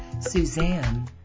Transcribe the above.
Suzanne